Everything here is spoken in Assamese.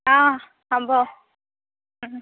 অঁ হ'ব